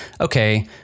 okay